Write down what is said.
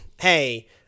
hey